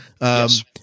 Yes